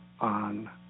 on